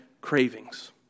cravings